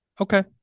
Okay